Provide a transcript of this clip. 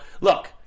look